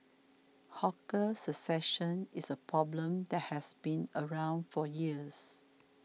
hawker succession is a problem that has been around for years